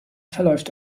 verläuft